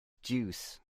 deuce